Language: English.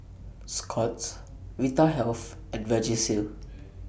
Scott's Vitahealth and Vagisil